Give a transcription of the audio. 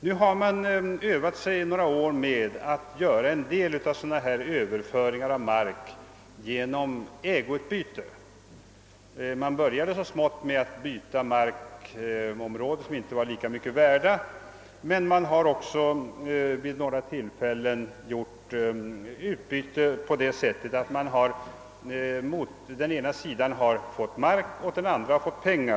Nu har man under några år övat sig med att göra en del av dessa marköverföringar genom ägoutbyte. Man började så smått med att byta markområden som inte var lika mycket värda, men man har också vid några tillfällen gjort utbyten på det sättet att den ena parten har fått mark och den andra pengar.